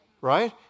right